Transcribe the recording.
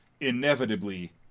inevitably